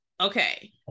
okay